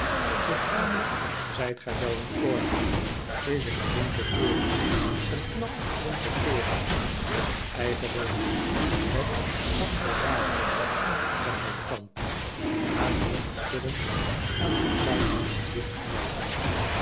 lichamelijk zijt gij wel in orde is een flinke kerel een knappe flinke kerel met een eigen wil met vastberadenheid zei mijn tante haar hoofd schuddend en haar vuist